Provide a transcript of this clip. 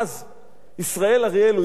ישראל אריאל או ישראל שטיגליץ,